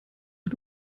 mit